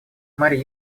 марья